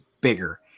bigger